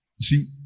See